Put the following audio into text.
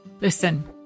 Listen